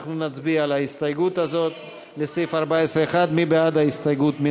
אנחנו נצביע על ההסתייגות הזאת לסעיף 14(1). מי בעד ההסתייגות?